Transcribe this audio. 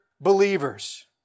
believers